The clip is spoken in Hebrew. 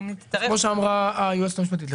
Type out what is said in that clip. כפי שאמרה היועצת המשפטית של הוועדה,